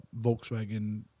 Volkswagen